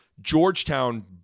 Georgetown